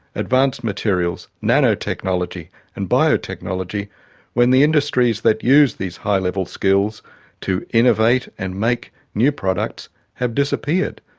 advanced materials, nanotechnology and biotechnology when the industries that use these high level skills to innovate and make new products have disappeared?